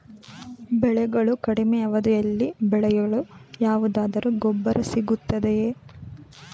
ಬೆಳೆಗಳು ಕಡಿಮೆ ಅವಧಿಯಲ್ಲಿ ಬೆಳೆಯಲು ಯಾವುದಾದರು ಗೊಬ್ಬರ ಸಿಗುತ್ತದೆಯೇ?